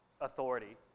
authority